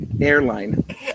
Airline